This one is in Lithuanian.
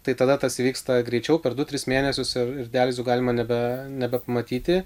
tai tada tas įvyksta greičiau per du tris mėnesius ir ir dializių galima nebe nebepamatyti